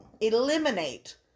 eliminate